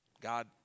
God